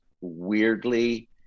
weirdly